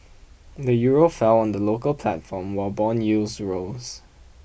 the euro fell on the local platform while bond yields rose